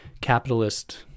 capitalist